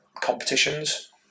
competitions